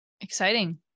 Exciting